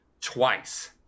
twice